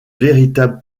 véritable